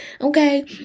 okay